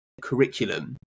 curriculum